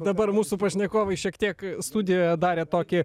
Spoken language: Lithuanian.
dabar mūsų pašnekovai šiek tiek studijoje darė tokį